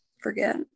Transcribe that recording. forget